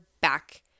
back